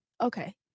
Okay